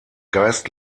geist